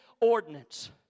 ordinance